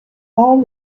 all